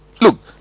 look